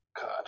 God